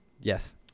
yes